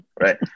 right